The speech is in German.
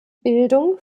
bildung